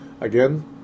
Again